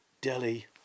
Delhi